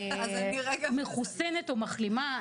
מחוסנת או מחלימה,